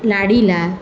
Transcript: લાડીલા